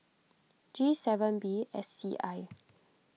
G seven B S C I